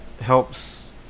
helps